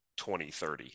2030